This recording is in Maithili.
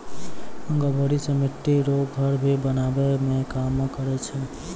गभोरी से मिट्टी रो घर भी बनाबै मे काम करै छै